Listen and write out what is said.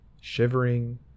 shivering